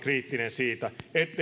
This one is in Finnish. siitä